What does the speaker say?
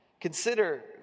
Consider